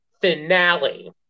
finale